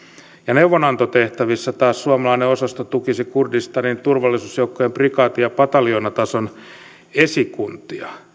neuvonantotehtävissä taas suomalainen osasto tukisi kurdistanin turvallisuusjoukkojen prikaati ja pataljoonatason esikuntia